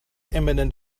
imminent